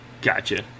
Gotcha